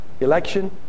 election